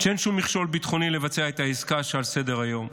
שאין שום מכשול ביטחוני לבצע את העסקה שעל סדר-היום.